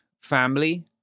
family